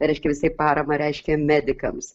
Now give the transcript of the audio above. reiškia visaip paramą reiškia medikams